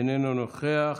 אינו נוכח.